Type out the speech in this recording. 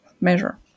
measure